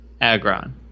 Agron